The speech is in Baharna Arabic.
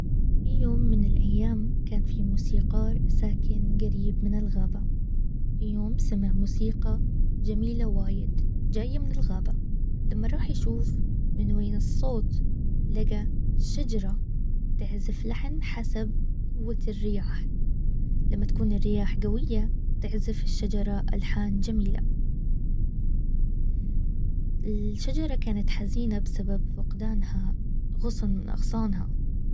في يوم من الايام كان في موسيقار ساكن قريب من الغابة. في يوم سمع موسيقى جميلة وايد. جاية من الغابة. لما راح يشوف من وين الصوت? لقى شجرة بيعزف لحن حسب قوة الرياح. لما تكون الرياح قوي تعزف الشجره الحان جميله الشجره كانت حزينه بسبب فقدانها غصن من اغصانها